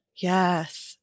Yes